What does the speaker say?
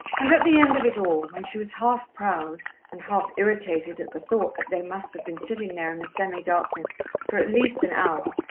and at the end of it all, when she was half proud and half irritated at the thought that they must have been sitting there in the semi-darkness for at least an hour,